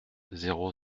zéro